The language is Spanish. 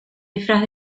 disfraz